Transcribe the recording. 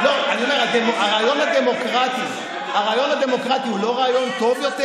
אני אומר, הרעיון הדמוקרטי הוא לא רעיון טוב יותר?